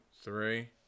three